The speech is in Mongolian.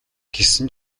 гэсэн